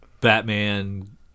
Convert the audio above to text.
Batman